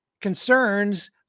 concerns